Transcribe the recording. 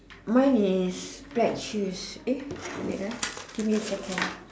mine is black shoes eh wait ah give me a second